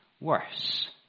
worse